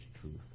truth